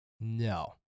No